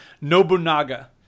Nobunaga